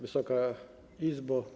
Wysoka Izbo!